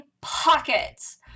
pockets